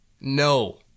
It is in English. No